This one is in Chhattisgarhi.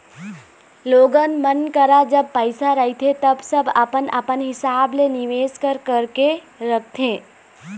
लोगन मन करा जब पइसा रहिथे ता सब अपन अपन हिसाब ले निवेस कर करके रखथे